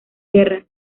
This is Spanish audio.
guerra